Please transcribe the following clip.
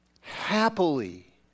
happily